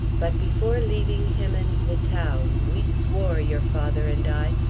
but before leaving him and the town, we swore, your father and i,